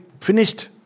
finished